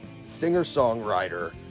singer-songwriter